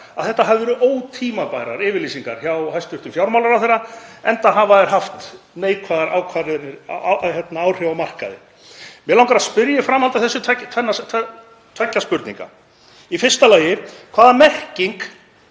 að þetta hafi verið ótímabærar yfirlýsingar hjá hæstv. fjármálaráðherra enda hafa þær haft neikvæð áhrif á markaði. Mig langar að spyrja í framhaldi af þessu tveggja spurninga. Í fyrsta lagi: Hvaða merking